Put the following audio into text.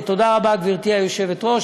תודה רבה, גברתי היושבת-ראש.